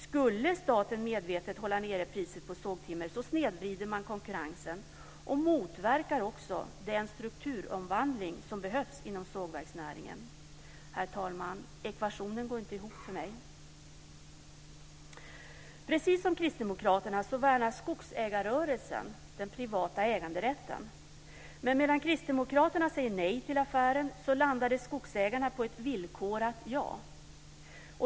Skulle staten medvetet hålla nere priset på sågtimmer snedvrider man konkurrensen och motverkar också den strukturomvandling som behövs inom sågverksnäringen. Ekvationen går inte ihop för mig, herr talman. Precis som Kristdemokraterna värnar skogsägarrörelsen om den privata äganderätten. Men medan Kristdemokraterna säger nej till affären landade skogsägarna på ett villkorat ja.